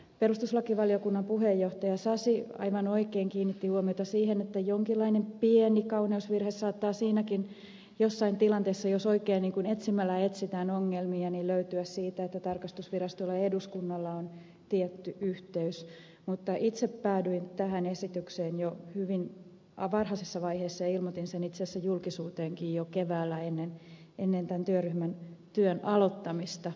perustuslakivaliokunnan puheenjohtaja sasi aivan oikein kiinnitti huomiota siihen että jonkinlainen pieni kauneusvirhe saattaa siinäkin asiassa jossain tilanteessa löytyä siitä jos oikein etsimällä etsitään ongelmia että tarkastusvirastolla ja eduskunnalla on tietty yhteys mutta itse päädyin tähän esitykseen jo hyvin varhaisessa vaiheessa ja ilmoitin sen itse asiassa julkisuuteenkin jo keväällä ennen tämän työryhmän työn aloittamista